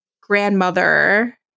grandmother